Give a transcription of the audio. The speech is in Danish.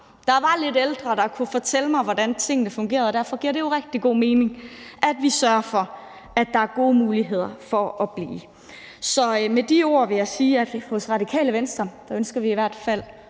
der var lidt ældre, og som kunne fortælle mig, hvordan tingene fungerede. Og derfor giver det jo rigtig god mening, at vi sørger for, at der er gode muligheder for at blive. Så med de ord vil jeg sige, at hos Radikale Venstre ønsker vi i hvert fald